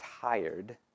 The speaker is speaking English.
tired